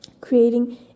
creating